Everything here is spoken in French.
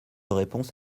réponse